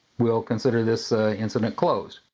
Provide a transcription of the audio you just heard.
we'll consider this incident closed.